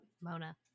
Mona